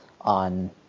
on